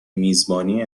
میزبانی